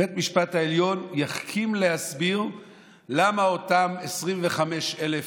בית המשפט העליון יחכים להסביר למה אותם 25,000 אנשים,